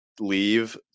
leave